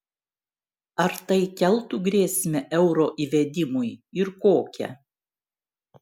ar tai keltų grėsmę euro įvedimui ir kokią